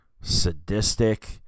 sadistic